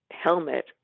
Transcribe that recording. helmet